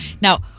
now